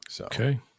Okay